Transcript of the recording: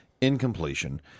Incompletion